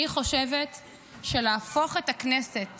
אני חושבת שלהפוך את הכנסת